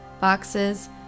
Boxes